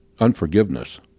Unforgiveness